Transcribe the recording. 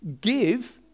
Give